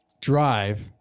drive